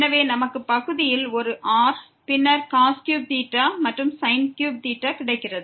எனவே நமக்கு பகுதியில் ஒரு r பின்னர் மற்றும் கிடைக்கிறது